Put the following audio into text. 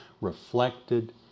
reflected